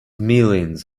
millions